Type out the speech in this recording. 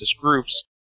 groups